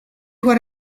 what